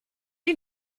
est